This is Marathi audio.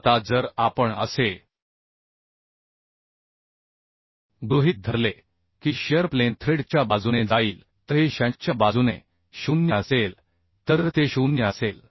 आता जर आपण असे गृहीत धरले की शियर प्लेन थ्रेड च्या बाजूने जाईल तर हे शँकच्या बाजूने 0 असेल तर ते 0 असेल